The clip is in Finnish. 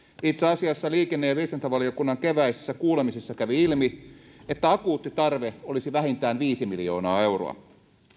itse asiassa liikenne ja viestintävaliokunnan keväisessä kuulemisessa kävi ilmi että akuutti tarve olisi vähintään viisi miljoonaa euroa